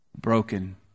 broken